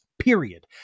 period